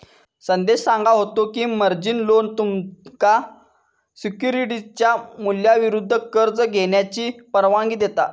संदेश सांगा होतो की, मार्जिन लोन तुमका सिक्युरिटीजच्या मूल्याविरुद्ध कर्ज घेण्याची परवानगी देता